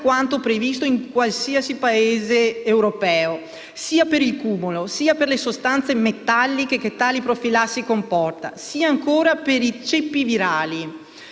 quanto previsto in qualsiasi Paese europeo), sia per il cumulo, sia per le sostanze metalliche che tale profilassi comporta, sia ancora per i ceppi virali,